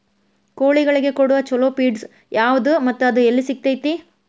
ಕೋಳಿಗಳಿಗೆ ಕೊಡುವ ಛಲೋ ಪಿಡ್ಸ್ ಯಾವದ ಮತ್ತ ಅದ ಎಲ್ಲಿ ಸಿಗತೇತಿ?